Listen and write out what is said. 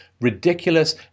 ridiculous